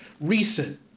recent